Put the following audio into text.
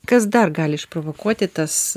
kas dar gali išprovokuoti tas